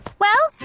well,